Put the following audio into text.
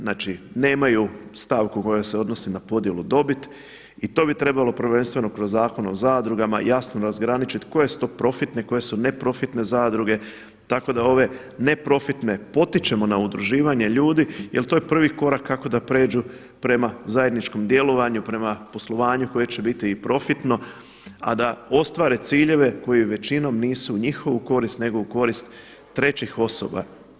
Znači nemaju stavku koja se odnosi na podjelu dobiti i to bi trebalo prvenstveno kroz Zakon o zadrugama jasno razgraničiti koje su to profitne, koje su neprofitne zadruge tako da ove neprofitne potičemo na udruživanje ljudi jer to je prvi korak kako da pređu prema zajedničkom djelovanju, prema poslovanju koje će biti i profitno a da ostvare ciljeve koji većinom nisu u njihovu korist nego u korist trećih osoba.